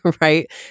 right